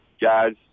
guys